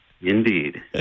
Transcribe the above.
Indeed